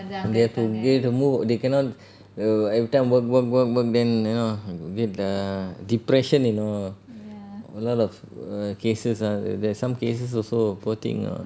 they have to they have to move they cannot err every time work work work work then you know mm get err depression you know a lot of err cases ah the the some cases also poor thing ah